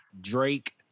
Drake